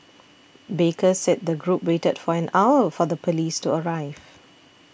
baker said the group waited for an hour for the police to arrive